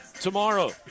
tomorrow